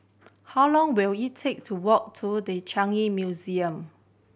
how long will it take to walk to The Changi Museum